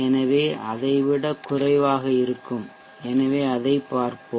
எனவே அதை விட குறைவாக இருக்கும் எனவே அதைப் பார்ப்போம்